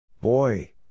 Boy